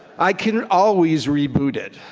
i can always reboot it.